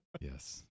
Yes